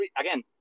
again